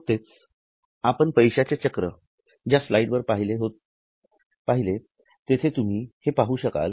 नुकतेच आपण पैश्याचे चक्र ज्या स्लाइडवर पहिले तेथे तुम्ही हे पाहू शकाल